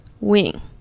wing